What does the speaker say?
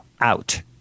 out